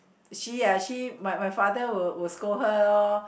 she ah she my my father will will scold her loh